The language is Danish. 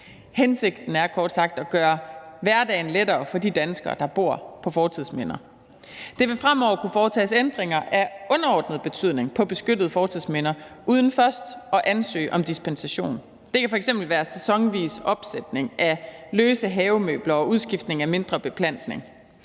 Hensigten er kort sagt at gøre hverdagen lettere for de danskere, der bor på fortidsminder. Der vil fremover kunne foretages ændringer af underordnet betydning på beskyttede fortidsminder uden først at ansøge om dispensation. Det kan f.eks. være sæsonvis opsætning af løse havemøbler og udskiftning af mindre beplantning.